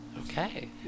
Okay